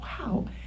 wow